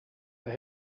they